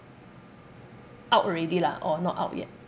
out already lah or not out yet